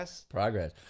Progress